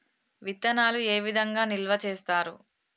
విత్తనాలు ఏ విధంగా నిల్వ చేస్తారు?